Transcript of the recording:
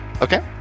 Okay